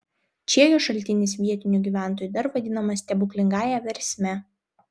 čiegio šaltinis vietinių gyventojų dar vadinamas stebuklingąja versme